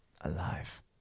alive